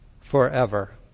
forever